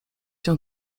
się